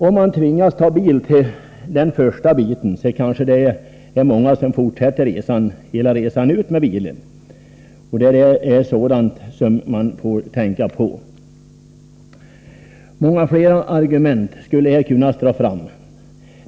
Om man tvingas ta bil den första biten, kanske det är många som fortsätter hela resan ut med bilen. Det är också något som man bör tänka på. Många flera argument skulle här kunna dras fram.